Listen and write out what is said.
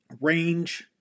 range